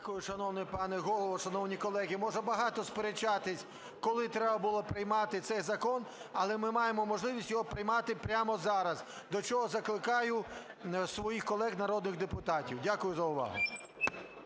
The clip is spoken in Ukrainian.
Дякую, шановний пане Голово. Шановні колеги, можна багато сперечатись, коли треба було приймати цей закон, але ми маємо можливість його приймати прямо зараз, до чого закликаю своїх колег народних депутатів. Дякую за увагу.